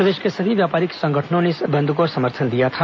प्रदेश के सभी व्यापारिक संगठनों ने इस बंद को समर्थन दिया था